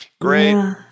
great